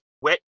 wet